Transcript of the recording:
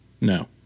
No